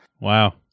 Wow